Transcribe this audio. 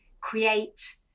create